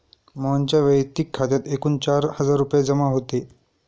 मोहनच्या वैयक्तिक खात्यात एकूण चार हजार रुपये जमा होते